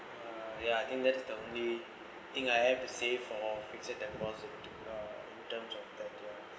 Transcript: ya I think that's the only thing I have to save or fixed deposit in terms of